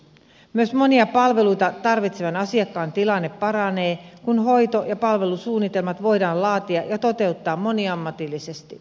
myös monia palveluita tarvitsevan asiakkaan tilanne paranee kun hoito ja palvelusuunnitelmat voidaan laatia ja toteuttaa moniammatillisesti